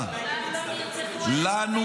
-- ביום כיפור בגין הצטרף לממשלה.